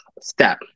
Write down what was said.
step